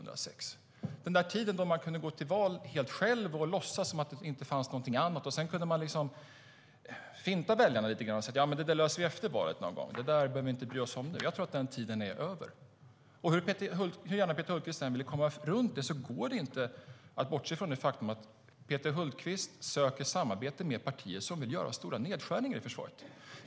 Jag tror att den tiden är över då man kunde gå till val helt själv, låtsas som att det inte fanns någonting annat och finta väljarna lite grann genom att säga: Det där löser vi efter valet någon gång. Det behöver vi inte bry oss om nu. Hur gärna Peter Hultqvist än vill komma runt det så går det inte att bortse från det faktum att Peter Hultqvist söker samarbete med partier som vill göra stora nedskärningar i försvaret.